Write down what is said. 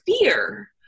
fear